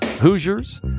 Hoosiers